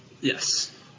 Yes